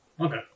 okay